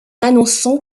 annonçant